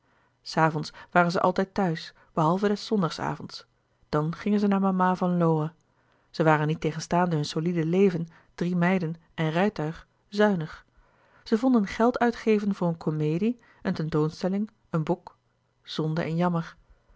s avonds waren zij altijd thuis behalve des zondags avonds dan gingen zij naar mama van lowe zij waren niettegenstaande hun solide leven drie meiden en rijtuig zuinig zij vonden geld uitgeven voor een komedie een tentoonstelling een louis couperus de boeken der kleine zielen boek zonde en jammer